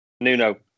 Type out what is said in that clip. Nuno